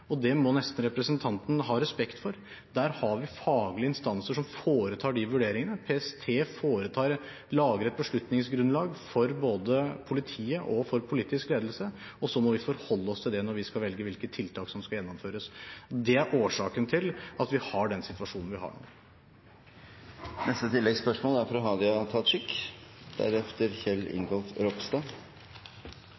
det må nesten representanten ha respekt for. Der har vi faglige instanser som foretar de vurderingene. PST lager et beslutningsgrunnlag både for politiet og for politisk ledelse, og så må vi forholde oss til det når vi skal velge hvilke tiltak som skal gjennomføres. Det er årsaken til at vi har den situasjonen vi har.